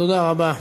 תודה רבה.